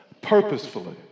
purposefully